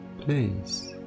place